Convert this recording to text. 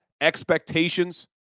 expectations